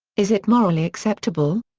is it morally acceptable?